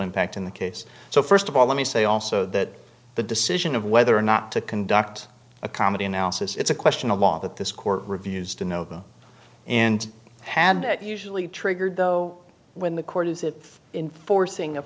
impact in the case so first of all let me say also that the decision of whether or not to conduct a comedy analysis it's a question of law that this court refused to know them and had that usually triggered though when the court is it in forcing a